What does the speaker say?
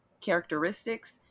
characteristics